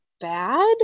bad